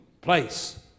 place